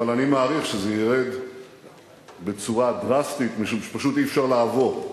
אבל אני מעריך שזה יֵרד בצורה דרסטית משום שפשוט אי-אפשר לעבור.